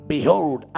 Behold